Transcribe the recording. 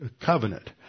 covenant